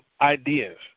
ideas